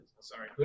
Sorry